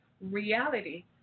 reality